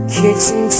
kitchen